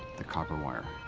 the copper wire.